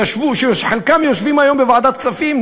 שחלקם יושבים היום בוועדת כספים,